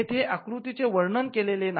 येथे आकृतीचे वर्णन केलेले नाही